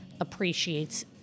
Appreciates